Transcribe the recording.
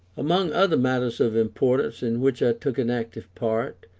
among other matters of importance in which i took an active part,